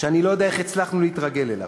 שאני לא יודע איך הצלחנו להתרגל אליו.